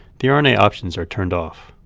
the ah rna options are turned off.